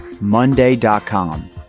Monday.com